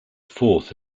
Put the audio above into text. fourth